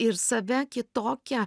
ir save kitokią